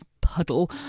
puddle